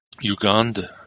Uganda